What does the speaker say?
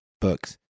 books